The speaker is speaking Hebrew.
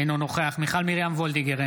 אינו נוכח מיכל מרים וולדיגר,